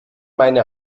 meine